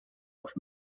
auf